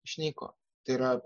išnyko tai yra